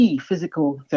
physical